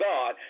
God